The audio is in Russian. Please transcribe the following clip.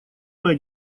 моя